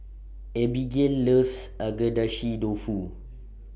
Abbigail loves Agedashi Dofu